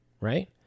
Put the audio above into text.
right